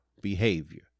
behavior